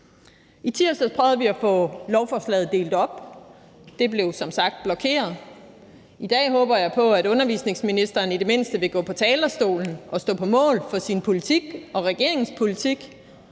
I tirsdags prøvede vi at få lovforslaget delt op, men det blev som sagt blokeret, og i dag håber jeg på, at undervisningsministeren i det mindste vil gå på talerstolen og stå på mål for sin politik og regeringens politik.